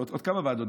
עוד כמה ועדות?